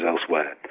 elsewhere